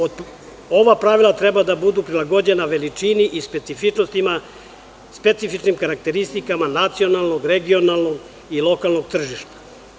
Ova pravila treba da budu prilagođena veličini i specifičnostima, specifičnim karakteristikama nacionalnog, regionalnog i lokalnog tržišta.